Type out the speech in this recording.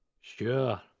sure